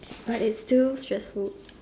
but it's still stressful